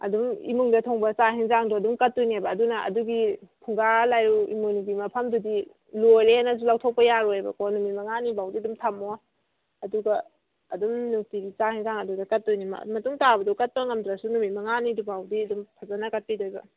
ꯑꯗꯨꯝ ꯏꯃꯨꯡꯗ ꯊꯣꯡꯕ ꯆꯥꯛ ꯍꯦꯟꯖꯥꯡꯗꯣ ꯑꯗꯨꯝ ꯀꯠꯇꯣꯏꯅꯦꯕ ꯑꯗꯨꯅ ꯑꯗꯨꯒꯤ ꯐꯨꯡꯒꯥ ꯂꯥꯏꯔꯨ ꯏꯃꯣꯏꯅꯨꯒꯤ ꯃꯐꯝꯗꯨꯗꯤ ꯂꯣꯏꯔꯦꯅꯁꯨ ꯂꯧꯊꯣꯛꯄ ꯌꯥꯔꯣꯏꯌꯦꯕꯀꯣ ꯅꯨꯃꯤꯠ ꯃꯉꯥꯅꯤ ꯐꯎꯗꯤ ꯑꯗꯨꯝ ꯊꯝꯃꯣ ꯑꯗꯨꯒ ꯑꯗꯨꯝ ꯅꯨꯡꯇꯤꯒꯤ ꯆꯥꯛ ꯍꯦꯟꯖꯥꯡ ꯑꯗꯨꯗ ꯀꯠꯇꯣꯏꯅꯤꯅ ꯃꯇꯨꯡ ꯇꯥꯕꯗꯗꯤ ꯀꯠꯄ ꯉꯝꯗ꯭ꯔꯁꯨ ꯅꯨꯃꯤꯠ ꯃꯉꯥꯅꯤꯗꯨꯐꯥꯎꯕꯗꯤ ꯐꯖꯅ ꯀꯠꯄꯤꯗꯣꯏꯕ